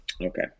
Okay